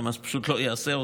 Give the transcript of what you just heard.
חמאס פשוט לא יעשה אותה.